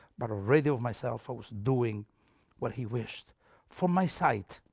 but already of myself i was doing what he wished for my sight,